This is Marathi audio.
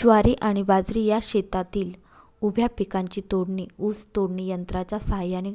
ज्वारी आणि बाजरी या शेतातील उभ्या पिकांची तोडणी ऊस तोडणी यंत्राच्या सहाय्याने